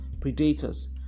predators